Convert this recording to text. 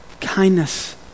kindness